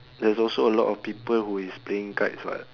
there's also a lot of people who is playing kites [what]